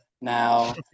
now